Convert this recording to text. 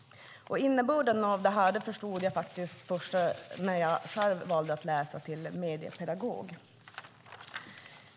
Innebörden av det förstod jag först när jag själv valde att läsa till mediepedagog.